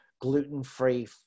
gluten-free